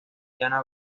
diana